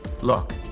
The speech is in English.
Look